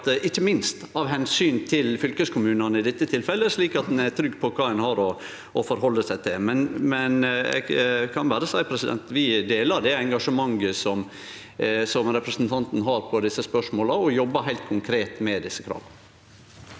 ikkje minst av omsyn til fylkeskommunane i dette tilfellet, slik at ein er trygg på kva ein har å halde seg til. Eg kan berre seie at vi deler det engasjementet som representanten har i desse spørsmåla, og jobbar heilt konkret med desse krava.